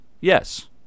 yes